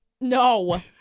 No